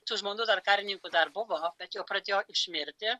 tų žmonų dar karininkų dar buvo bet jau pradėjo išmirti